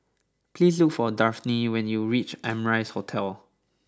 please look for Dafne when you reach Amrise Hotel